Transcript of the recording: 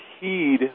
heed